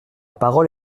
parole